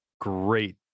great